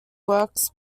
works